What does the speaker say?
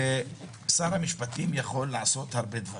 שר המשפטים יכול לעשות הרבה דברים.